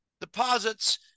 deposits